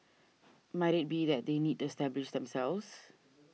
might it be that they need to establish themselves